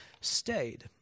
stayed